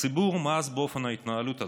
הציבור מאס באופן ההתנהלות הזה,